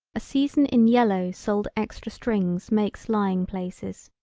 a season in yellow sold extra strings makes lying places.